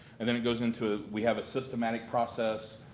and then it goes into, we have a systematic process,